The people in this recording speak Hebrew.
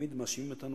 תמיד מאשימים אותנו,